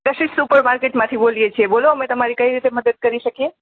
દર્શિત super માર્કેટમાંથી બોલીએ છીએ બોલો અમે તમારી કઈ રીતે મદદ કરી શકીએ